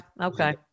okay